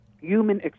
human